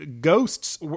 ghosts